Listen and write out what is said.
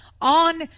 on